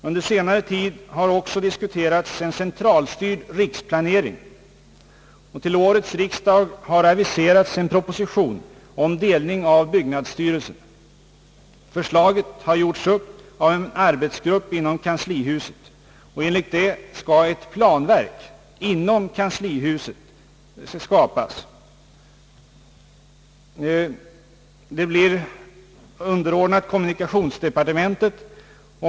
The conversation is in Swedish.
Under senare tid har också diskuterats en centralstyrd riksplanering. Till årets riksdag har aviserats en proposition om delning av byggnadsstyrelsen. Förslaget har gjorts upp av en arbetsgrupp inom kanslihuset, och enligt detta skall ett planverk inrättas, som blir underordnat kommunikationsdepartementet.